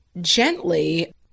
gently